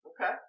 Okay